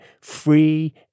free